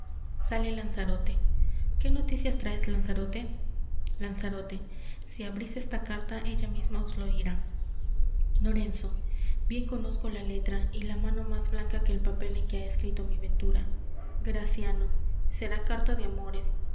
sale lanzarote qué noticias traes lanzarote lanzarote si abris esta carta ella misma os lo dirá lorenzo bien conozco la letra y la mano más blanca que el papel en que ha escrito mi ventura graciano será carta de amores